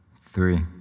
Three